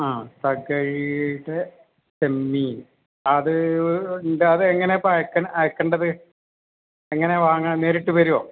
ആ തകഴിയുടെ ചെമ്മീൻ അത് ഉണ്ട് അതെങ്ങനെയാ ഇപ്പം അയക്കേണ്ടത് എങ്ങനെ വാങ്ങാൻ നേരിട്ട് വരുമോ